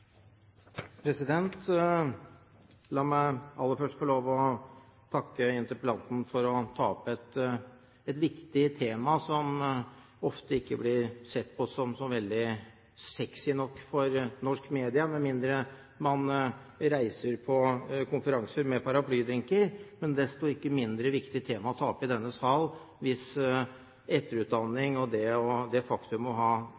La meg aller først få lov til å takke interpellanten for å ta opp et viktig tema som ofte ikke blir sett på som sexy nok for norsk media, med mindre man reiser på konferanser med paraplydrinker – men et desto viktigere tema å ta opp i denne sal, hvis etterutdanning og det å ha